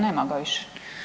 Nema ga više.